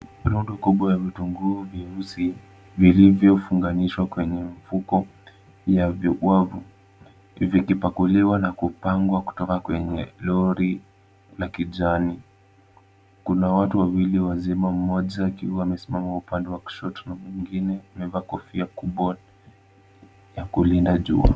Rundo kubwa ya vitunguu vyeusi, vilivyofunganishwa kwenye mfuko ya viwavu. Vikipakuliwa na kupangwa kutoka kwenye lori la kijani. Kuna watu wawili wazima, mmoja akiwa amesimama upande wa kushoto na mwingine amevaa kofia kubwa ya kulinda jua.